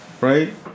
right